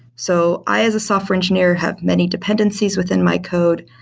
so i as a software engineer have many dependencies within my code,